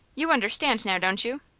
you understand now, don't you?